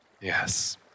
Yes